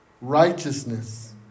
righteousness